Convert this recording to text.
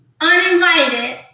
uninvited